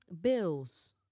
bills